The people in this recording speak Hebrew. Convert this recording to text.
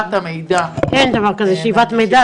שאיבת המידע --- אין דבר כזה שאיבת מידע,